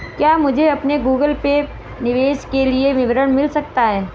क्या मुझे अपने गूगल पे निवेश के लिए विवरण मिल सकता है?